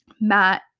Matt